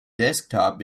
desktop